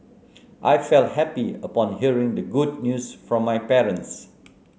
I felt happy upon hearing the good news from my parents